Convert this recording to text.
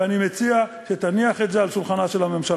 ואני מציע שתניח את זה על שולחנה של הממשלה.